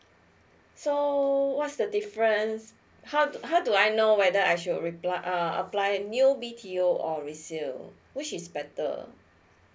so oo what's the difference how how do I know whether I should reply ap~ apply new B T O or resale which is better